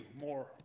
more